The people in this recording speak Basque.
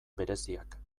bereziak